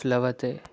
प्लवते